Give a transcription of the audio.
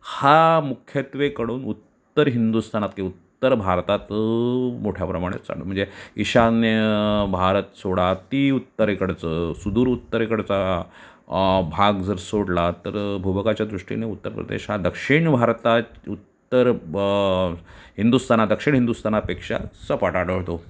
हा मुख्यत्वेकरून उत्तर हिंदुस्तानात किंवा उत्तर भारतात मोठ्या प्रमाणात चालू म्हणजे ईशान्य भारत सोडा अति उत्तरेकडचं सुदूर उत्तरेकडचा भाग जर सोडला तर भूभागाच्या दृष्टीने उत्तर प्रदेश हा दक्षिण भारता उत्तर ब हिंदुस्तानात दक्षिण हिंदुस्तानापेक्षा सपाट आढळतो